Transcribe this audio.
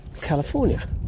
California